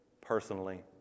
personally